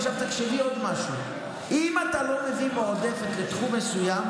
עכשיו תחשבי עוד משהו: אם אתה לא מביא מועדפת לתחום מסוים,